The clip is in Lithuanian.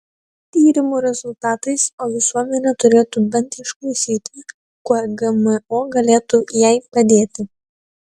tyrimų rezultatais o visuomenė turėtų bent išklausyti kuo gmo galėtų jai padėti